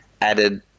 added